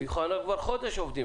אנחנו כבר חודש עובדים.